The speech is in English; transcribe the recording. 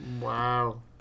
Wow